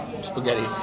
spaghetti